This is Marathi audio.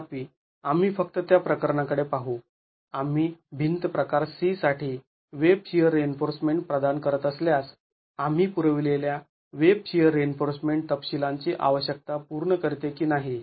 तथापि आम्ही फक्त त्या प्रकरणाकडे पाहू आम्ही भिंत प्रकार C साठी वेब शिअर रिइन्फोर्समेंट प्रदान करत असल्यास आम्ही पुरविलेल्या वेब शिअर रिइन्फोर्समेंट तपशिलांची आवश्यकता पूर्ण करते की नाही